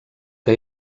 que